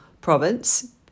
province